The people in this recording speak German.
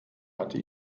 hatte